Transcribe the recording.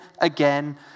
again